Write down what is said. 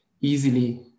easily